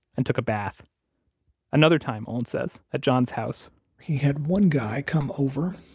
and took a bath another time, olin says, at john's house he had one guy come over.